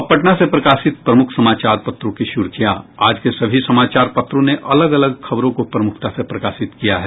अब पटना से प्रकाशित प्रमुख समाचार पत्रों की सुर्खियां आज के सभी समाचार पत्रों ने अलग अलग खबरों को प्रमुखता से प्रकाशित किया है